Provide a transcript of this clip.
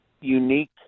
unique